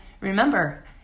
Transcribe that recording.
remember